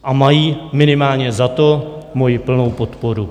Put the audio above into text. A mají minimálně za to moji plnou podporu.